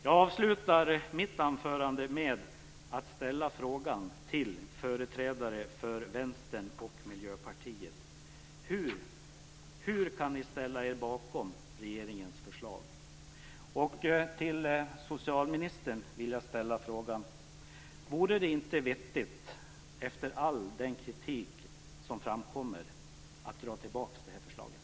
Jag avslutar mitt anförande med att ställa frågan till företrädare för Vänstern och Miljöpartiet: Hur kan ni ställa er bakom regeringens förslag? Till socialministern vill jag ställa frågan: Vore det inte vettigt, efter all den kritik som framkommer, att dra tillbaka förslaget?